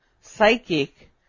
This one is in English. psychic